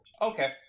Okay